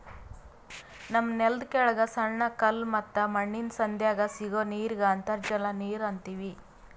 ನಮ್ಮ್ ನೆಲ್ದ ಕೆಳಗ್ ಸಣ್ಣ ಕಲ್ಲ ಮತ್ತ್ ಮಣ್ಣಿನ್ ಸಂಧ್ಯಾಗ್ ಸಿಗೋ ನೀರಿಗ್ ಅಂತರ್ಜಲ ನೀರ್ ಅಂತೀವಿ